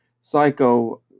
Psycho